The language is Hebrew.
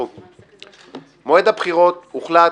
מועד הבחירות הוחלט